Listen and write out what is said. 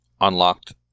unlocked